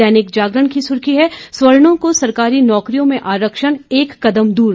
दैनिक जागरण की सुर्खी है सवर्णो को सरकारी नौकरियों में आरक्षण एक कदम दूर